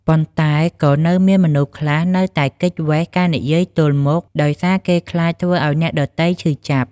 ប៉ុន្តែក៏នៅមានមនុស្សខ្លះនៅតែគេចវេសការនិយាយទល់មុខ ដោយសារគេខ្លាចធ្វើឱ្យអ្នកដទៃឈឺចាប់។